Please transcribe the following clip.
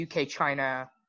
UK-China